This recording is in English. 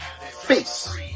face